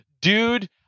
Dude